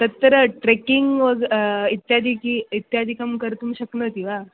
तत्र ट्र्किङ्ग् वग् इत्यादिकं इत्यादिकं कर्तुं शक्नोति वा